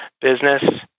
business